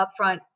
upfront